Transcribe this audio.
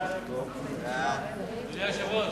אדוני היושב-ראש,